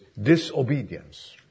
disobedience